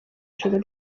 ijoro